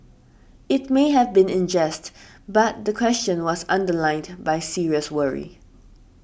it may have been in jest but the question was underlined by serious worry